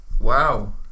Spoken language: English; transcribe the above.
Wow